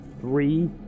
Three